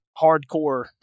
hardcore